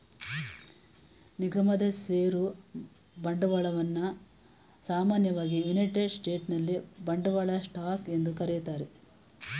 ನಿಗಮದ ಷೇರು ಬಂಡವಾಳವನ್ನ ಸಾಮಾನ್ಯವಾಗಿ ಯುನೈಟೆಡ್ ಸ್ಟೇಟ್ಸ್ನಲ್ಲಿ ಬಂಡವಾಳ ಸ್ಟಾಕ್ ಎಂದು ಕರೆಯುತ್ತಾರೆ